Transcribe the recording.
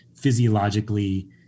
physiologically